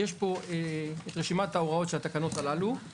יש פה את רשימת ההוראות של התקנות הללו.